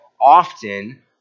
often